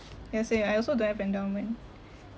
ya same I also don't have endowment